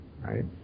right